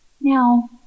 Now